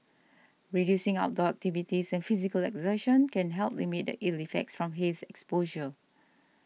reducing outdoor activities and physical exertion can help limit the ill effects from haze exposure